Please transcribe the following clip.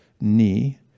knee